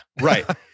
Right